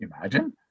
Imagine